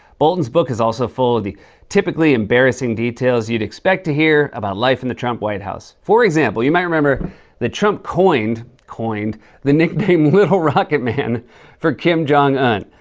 bolton's book is also full of the typically embarrassing details you'd expect to hear about life in the trump white house. for example, you might remember that trump coined coined the nickname little rocket man for kim jong-un.